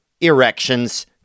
erections